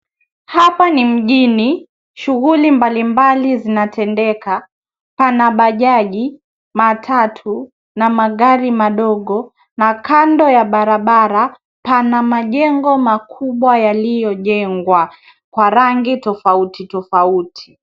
Hapa ni mjini, shughuli mbali mbali zinatendeka. Pana bajaji, matatu na magari madogo na kando ya barabara pana majengo makubwa, yaliyojengwa kwa rangi tofauti tofauti.